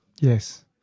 Yes